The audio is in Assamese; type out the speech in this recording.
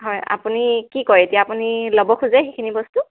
হয় আপুনি কি কয় এতিয়া আপুনি ল'ব খোজে সেইখিনি বস্তু